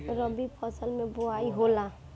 रबी फसल मे बोआई होला?